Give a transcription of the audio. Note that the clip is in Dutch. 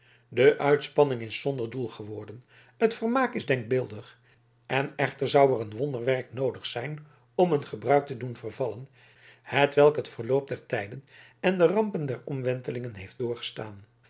de uitspanning is zonder doel geworden het vermaak is denkbeeldig en echter zou er een wonderwerk noodig zijn om een gebruik te doen vervallen hetwelk het verloop der tijden en de rampen der omwentelingen heeft doorgestaan